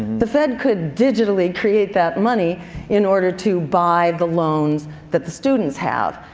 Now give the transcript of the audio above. the fed could digitally create that money in order to buy the loans that the students have,